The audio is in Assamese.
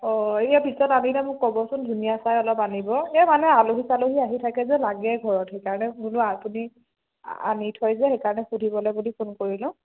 অঁ ইয়াৰ পিছত আনিলে মোক ক'ব চোন ধুনীয়া চাই অলপ আনিব এই মানে আলহী চালহী আহি থাকে যে লাগে ঘৰত সেইকাৰণে বোলো আপুনি আনি থৈ যে সেইকাৰণে সুধিবলৈ বুলি ফোন কৰিলোঁ